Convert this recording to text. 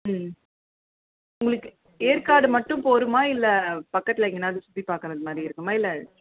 ம் உங்களுக்கு ஏற்காடு மட்டும் போதுமா இல்லை பக்கத்தில் எங்கனாது சுற்றி பார்க்குறது மாதிரி இருக்குமா இல்லை